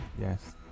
Yes